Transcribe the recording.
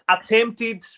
attempted